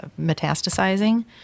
metastasizing